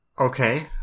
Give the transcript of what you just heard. okay